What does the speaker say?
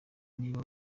niba